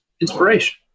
inspiration